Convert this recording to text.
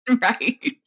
Right